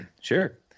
Sure